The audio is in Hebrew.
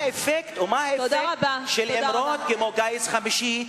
ומה האפקט של אמרות כמו "גיס חמישי",